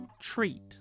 treat